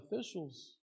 officials